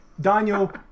Daniel